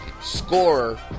scorer